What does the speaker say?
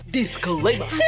Disclaimer